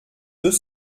deux